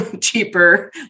cheaper